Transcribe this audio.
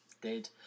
dead